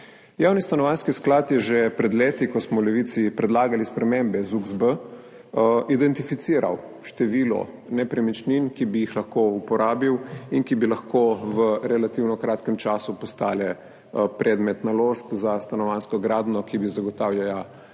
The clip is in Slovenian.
Javni stanovanjski sklad je že pred leti ko smo v Levici predlagali spremembe ZUKS-B, identificiral število nepremičnin, ki bi jih lahko uporabil in ki bi lahko v relativno kratkem času postale predmet naložb za stanovanjsko gradnjo, ki bi zagotavljala